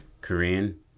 Korean